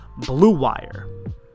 BLUEWIRE